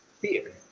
fear